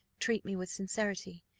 treat me with sincerity,